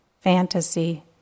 fantasy